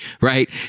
Right